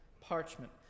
parchment